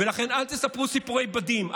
לכן, אל תספרו סיפורי בדים.